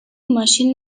ماشین